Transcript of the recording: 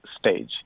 stage